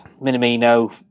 Minamino